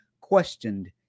questioned